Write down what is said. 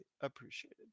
appreciated